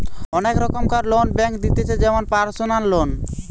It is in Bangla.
অনেক রোকমকার লোন ব্যাঙ্ক দিতেছে যেমন পারসনাল লোন